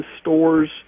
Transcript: stores